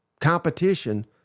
competition